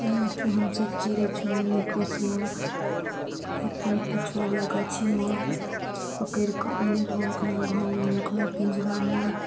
जेनाकि हमसब चिड़ै चुनमुनी पोसलहुॅं अपन पछुआर या गाछीमे पकड़ि कऽ अनलहुॅं अपना घरमे रखलहुॅं पिंजरामे